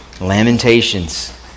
Lamentations